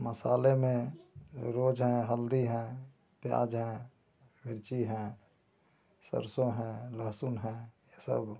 मसाले में रोज़ है हल्दी है प्याज है मिर्ची है सरसों है लहसुन है यह सब